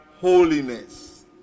holiness